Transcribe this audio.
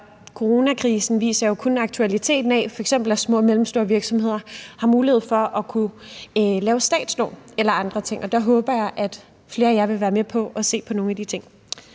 coronakrisen viser jo kun aktualiteten af, at små og mellemstore virksomheder f.eks. har mulighed for at kunne optage statslån eller andre ting, og der håber jeg, at flere af jer vil være med på at se på nogle af de ting.